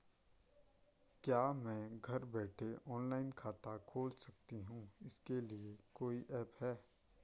क्या मैं घर बैठे ऑनलाइन खाता खोल सकती हूँ इसके लिए कोई ऐप है?